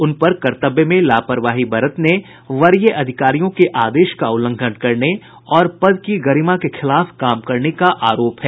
उन पर कर्तव्य में लापरवाही बरतने वरीय अधिकारियों के आदेश का उल्लंघन करने और पद की गरिमा के खिलाफ काम करने का आरोप है